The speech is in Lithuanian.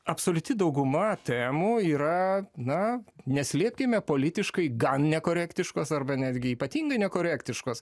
absoliuti dauguma temų yra na neslėpkime politiškai gan nekorektiškos arba netgi ypatingai nekorektiškos